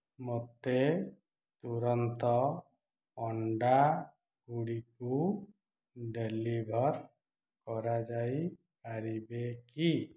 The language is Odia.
ମୋତେ ତୁରନ୍ତ ଅଣ୍ଡାଗୁଡ଼ିକୁ ଡେଲିଭର୍ କରାଯାଇପାରିବେ କି